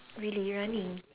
really running